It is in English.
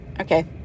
Okay